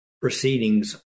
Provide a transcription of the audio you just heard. proceedings